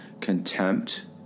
contempt